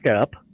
up